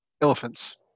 elephants